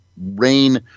rain